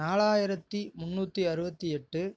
நாலாயிரத்தி முன்னூற்றி அறுபத்தி எட்டு